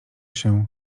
się